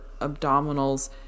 abdominals